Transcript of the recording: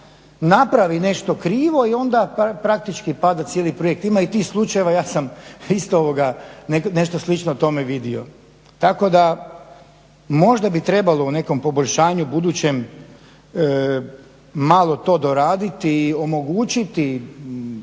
napravi nešto krivo i onda praktički pada cijeli projekt. Ima i tih slučajeva, ja sam isto nešto slično tome vidio. Tako da možda bi trebalo u nekom poboljšanju budućem malo to doraditi i omogućiti